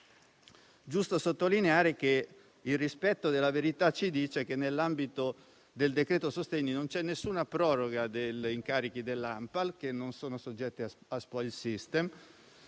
giusto sottolineare è che il rispetto della verità ci dice che, nell'ambito del decreto-legge sostegni, non c'è nessuna proroga degli incarichi dell'ANPAL, che non sono soggetti a *spoil system*,